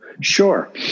Sure